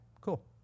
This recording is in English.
cool